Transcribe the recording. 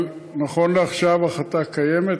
אבל נכון לעכשיו ההחלטה קיימת,